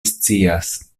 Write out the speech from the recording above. scias